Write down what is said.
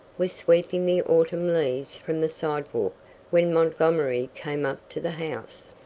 was sweeping the autumn leaves from the sidewalk when montgomery came up to the house.